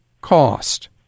cost